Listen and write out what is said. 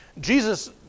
Jesus